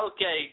Okay